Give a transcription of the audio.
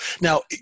Now